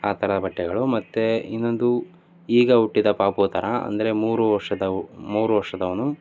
ಆ ಥರ ಬಟ್ಟೆಗಳು ಮತ್ತೆ ಇನ್ನೊಂದು ಈಗ ಹುಟ್ಟಿದ ಪಾಪು ಥರ ಅಂದರೆ ಮೂರು ವರ್ಷದವು ಮೂರು ವರ್ಷದವನು